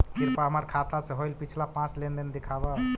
कृपा हमर खाता से होईल पिछला पाँच लेनदेन दिखाव